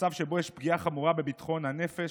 כמצב שבו יש פגיעה חמורה בביטחון הנפש,